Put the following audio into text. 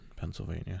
pennsylvania